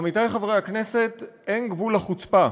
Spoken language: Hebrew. עמיתי חברי הכנסת, אין גבול לחוצפה.